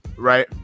Right